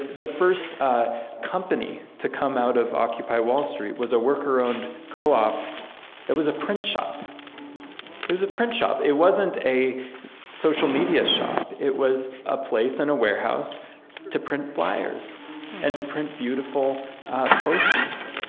the first company to come out of occupy wall street was a worker-owned co-op that was a print shop it was a print shop. it wasn't a social media shop. it was a place in a warehouse to print flyers and to print beautiful posters.